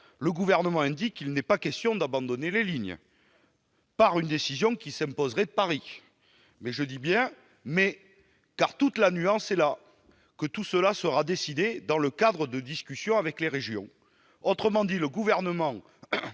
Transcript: le Gouvernement indique qu'il n'est pas question d'abandonner ces lignes par une décision qui s'imposerait de Paris, mais- je dis bien « mais », car toute la nuance est là -que tout cela sera décidé dans le cadre de discussions avec les régions. Autrement dit, le Gouvernement